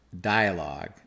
dialogue